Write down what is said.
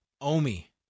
Omi